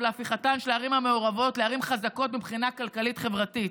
בהפיכתן של הערים המעורבות לערים חזקות מבחינה כלכלית-חברתית.